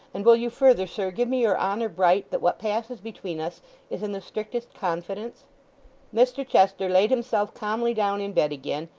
and will you further, sir, give me your honour bright, that what passes between us is in the strictest confidence mr chester laid himself calmly down in bed again,